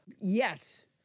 yes